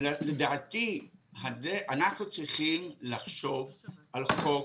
לדעתי אנחנו צריכים לחשוב על חוק